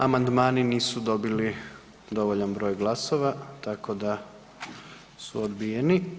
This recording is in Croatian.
Amandmani nisu dobili dovoljan broj glasova tako da su odbijeni.